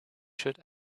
should